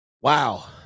Wow